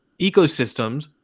ecosystems